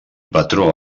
patró